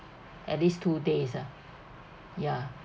at least two days ah ya